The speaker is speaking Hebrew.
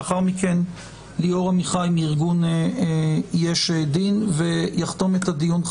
לאחר מכן ליאור עמיחי מארגון יש דין ויחתום את הדיון,